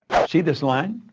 see this line?